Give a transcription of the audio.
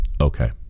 Okay